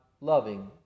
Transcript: loving